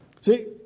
See